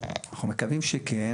אנחנו מקווים שכן.